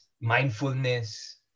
Mindfulness